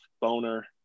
Boner